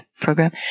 program